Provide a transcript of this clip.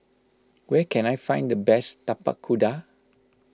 where can I find the best Tapak Kuda